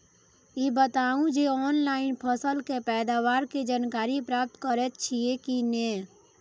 ई बताउ जे ऑनलाइन फसल के पैदावार के जानकारी प्राप्त करेत छिए की नेय?